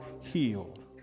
healed